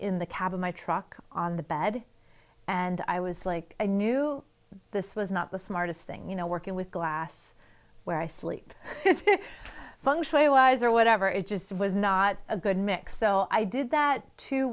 in the cab of my truck on the bed and i was like i knew this was not the smartest thing you know working with glass where i sleep functionally wise or whatever it just was not a good mix so i did that t